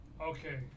okay